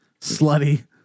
slutty